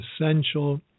essential